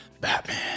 Batman